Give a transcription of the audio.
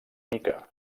mica